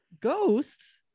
Ghosts